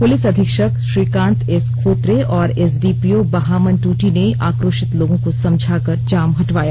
police अधीक्षक Shrikant S Khotre और SDPO बहामन ट्टी ने आकोशित लोगों को समझाकर जाम हटवाया